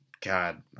God